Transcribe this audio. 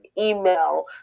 email